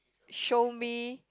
show me